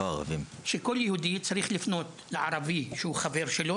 שכל יהודי צריך לפנות לערבי שהוא חבר שלו,